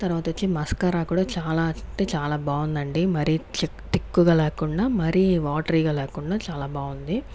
తర్వాత వచ్చి మస్కరా కూడా చాలా అంటే చాలా బాగుందండి మరీ ఛి తిక్కుగా లేకుండా మరీ వాటరీ గా లేకుండా చాలా బాగుంది